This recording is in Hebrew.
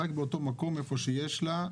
רק באותו מקום שיש לה?